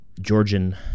Georgian